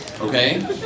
Okay